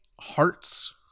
hearts